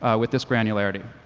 with this granularity.